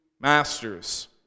masters